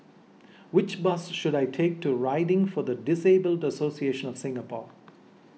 which bus should I take to riding for the Disabled Association of Singapore